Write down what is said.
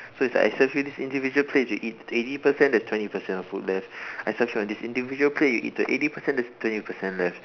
so it's like I serve you these individual plates you eat eighty percent there's twenty percent of food left I serve you on these individual plates you eat the eighty percent there's twenty percent left